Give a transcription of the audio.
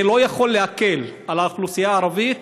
זה לא יכול להקל על האוכלוסייה הערבית